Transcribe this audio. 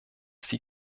sie